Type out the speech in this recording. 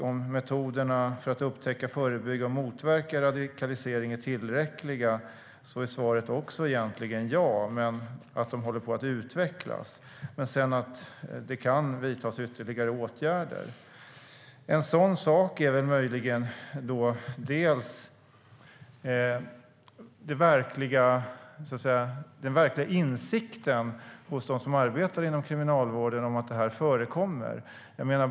Är metoderna för att upptäcka, förebygga och motverka radikalisering tillräckliga? Där är svaret också egentligen ja, men de håller på att utvecklas. Sedan kan det vidtas ytterligare åtgärder. En sådan sak handlar möjligen om den verkliga insikten hos dem som arbetar inom Kriminalvården om att det här förekommer.